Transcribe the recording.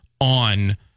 on